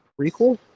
prequel